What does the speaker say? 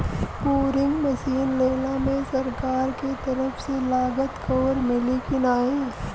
Boring machine लेला मे सरकार के तरफ से लागत कवर मिली की नाही?